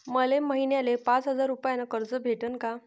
मले महिन्याले पाच हजार रुपयानं कर्ज भेटन का?